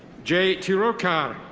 jay tirokhar.